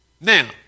Now